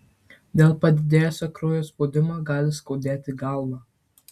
dėl padidėjusio kraujo spaudimo gali skaudėti galvą